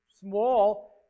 small